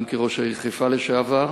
גם כראש העיר חיפה לשעבר,